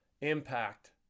Impact